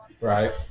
right